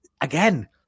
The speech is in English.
again